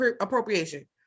appropriation